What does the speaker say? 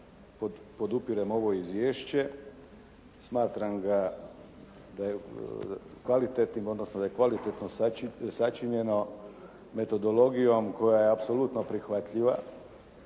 da je kvalitetnim odnosno da je kvalitetno sačinjeno metodologijom koja je apsolutno prihvatljiva